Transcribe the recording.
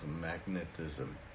magnetism